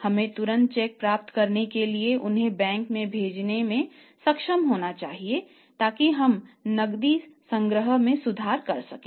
हमें तुरंत चेक प्राप्त करने और उन्हें बैंक में भेजने में सक्षम होना चाहिए ताकि हम नकदी संग्रह में सुधार कर सकें